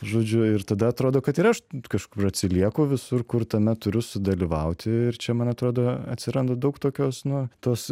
žodžiu ir tada atrodo kad ir aš kažkur atsilieku visur kur tame turiu sudalyvauti ir čia man atrodo atsiranda daug tokios nu tos